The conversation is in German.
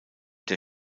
der